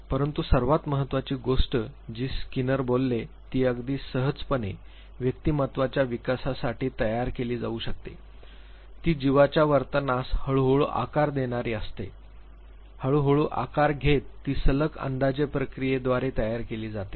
परंतु सर्वात महत्त्वाची गोष्ट जी स्कीनर बोलले जी अगदी सहजपणे व्यक्तिमत्त्वाच्या विकासासाठी तयार केली जाऊ शकते ती जीवाच्या वर्तनास हळूहळू आकार देणारी असते हळूहळू आकार घेत ती सलग अंदाजे प्रक्रियेद्वारे तयार केली जाते